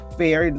fair